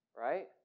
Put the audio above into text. right